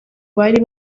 bari